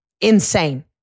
insane